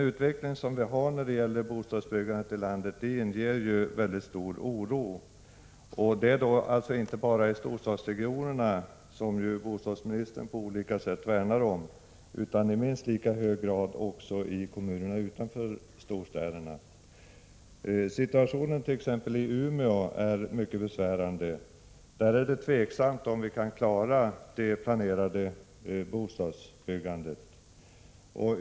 Utvecklingen av bostadsbyggandet i vårt land inger stor oro, inte bara i storstadsregionerna, som bostadsministern på olika sätt värnar om, utan i minst lika hög grad i kommunerna utanför storstäderna. Situationen i Umeå är t.ex. mycket besvärande. Det är tveksamt om vi där kan klara det planerade bostadsbyggandet.